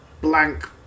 blank